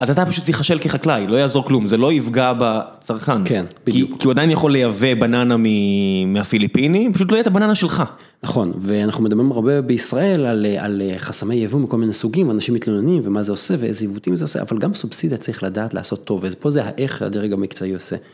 אז אתה פשוט ייחשל כחקלאי, לא יעזור כלום, זה לא יפגע בצרכן. כן, בדיוק. כי הוא עדיין יכול לייבא בננה מהפיליפינים, אם פשוט לא יהיה את הבננה שלך. נכון, ואנחנו מדברים הרבה בישראל על חסמי ייבוא מכל מיני סוגים, אנשים מתלוננים ומה זה עושה ואיזה עיוותים זה עושה, אבל גם סובסידיה צריך לדעת לעשות טוב, ופה זה איך הדרג המקצועי עושה.